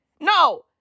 No